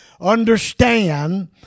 understand